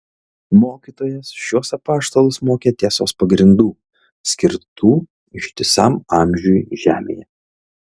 mokytojas šiuos apaštalus mokė tiesos pagrindų skirtų ištisam amžiui žemėje